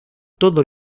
todos